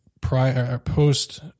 post